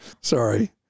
Sorry